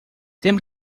temo